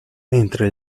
mentre